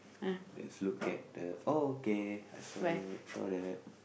let's look at the okay I saw that I saw that